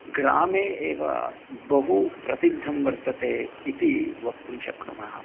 ग्रामे एव बहु प्रसिद्धं वर्तते इति वक्तुं शक्नुमः